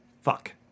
Fuck